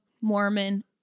Mormon